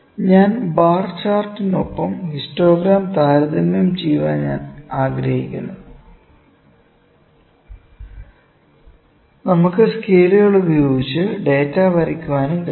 ഇപ്പോൾ ബാർ ചാർട്ടിനൊപ്പം ഹിസ്റ്റോഗ്രാം താരതമ്യം ചെയ്യാൻ ഞാൻ ആഗ്രഹിക്കുന്നു നമുക്ക് സ്കെയിലുകൾ ഉപയോഗിച്ച് ഡാറ്റ വരയ്ക്കാനും കഴിയും